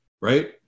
Right